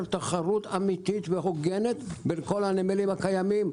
תחרות אמיתית והוגנת בין כל הנמלים הקיימים.